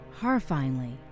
Horrifyingly